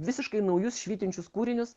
visiškai naujus švytinčius kūrinius